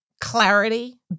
clarity